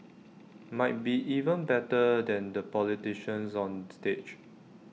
might be even better than the politicians on stage